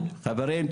חברים,